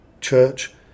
church